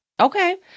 Okay